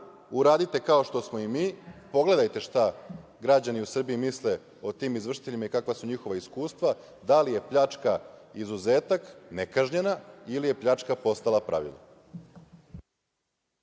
uradite kao što smo i mi, pogledajte šta građani u Srbiji misle o tim izvršiteljima i kakva su njihova iskustva, da li je pljačka izuzetak nekažnjena ili je pljačka postala pravilo.